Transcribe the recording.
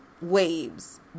waves